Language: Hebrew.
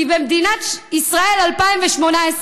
כי במדינת ישראל 2018,